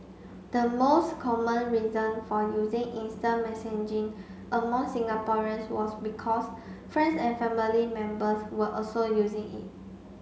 the most common reason for using instant messaging among Singaporeans was because friends and family members were also using it